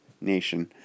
nation